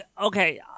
Okay